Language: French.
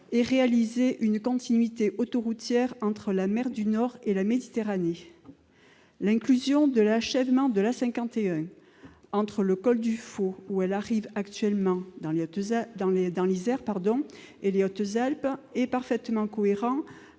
et à réaliser une continuité autoroutière entre la mer du Nord et la Méditerranée. L'inclusion de l'achèvement de l'A 51 entre le col du Fau, dans l'Isère, où elle arrive actuellement, et les Hautes-Alpes, est parfaitement cohérente